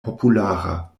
populara